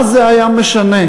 מה זה היה משנה?